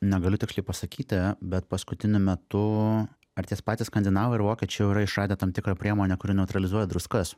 negaliu tiksliai pasakyti bet paskutiniu metu ar tie patys skandinavai ar vokiečiai jau yra išradę tam tikrą priemonę kuri neutralizuoja druskas